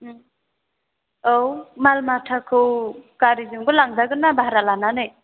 औ माल माथाखौ गारिजोंबो लांजागोन ना भारा लानानै